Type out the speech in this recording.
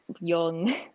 young